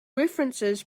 references